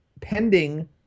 pending